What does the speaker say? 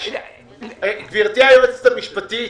גברתי היועצת המשפטית,